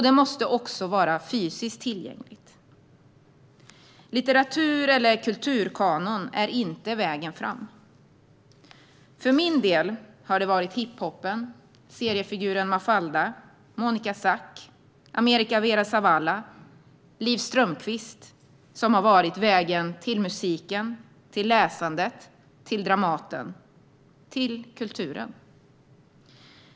Den måste också vara fysiskt tillgänglig. Litteratur eller kulturkanon är inte vägen fram. För min del har det varit hiphoppen, seriefiguren Mafalda, Monica Zak, America Vera-Zavala och Liv Strömquist som har varit vägen till musiken, till läsandet, till Dramaten - till kulturen.